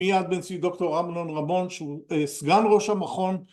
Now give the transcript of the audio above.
מיד נשיא דוקטור עמלון רמון שהוא סגן ראש המכון